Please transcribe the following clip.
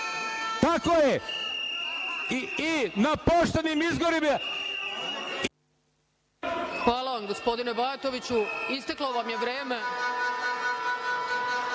Tako je i na poštenim izborima.